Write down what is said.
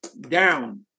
down